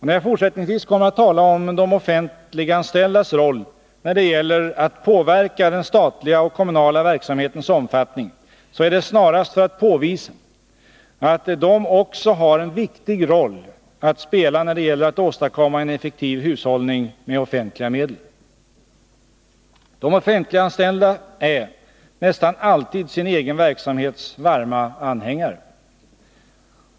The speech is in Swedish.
När jag fortsättningsvis kommer att tala om de offentliganställdas roll när det gäller att påverka den statliga och kommunala verksamhetens omfattning är det snarast för att påvisa, att de också har en viktig roll att spela när det gäller att åstadkomma en effektiv hushålllning med offentliga medel. De offentliganställda är nästan alltid sin egen verksamhets varma anhängare.